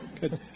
Good